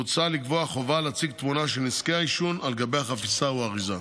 מוצע לקבוע חובה להציג תמונה של נזקי העישון על גבי החפיסה או האריזה.